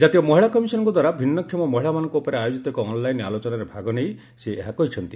ଜାତୀୟ ମହିଳା କମିଶନଙ୍କ ଦ୍ୱାରା ଭିନ୍ନକ୍ଷମ ମହିଳାମାନଙ୍କ ଉପରେ ଆୟୋଜିତ ଏକ ଅନ୍ଲାଇନ୍ ଆଲୋଚନାରେ ଭାଗ ନେଇ ସେ ଏହା କହିଛନ୍ତି